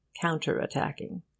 counter-attacking